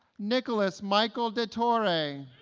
nicholas michael detore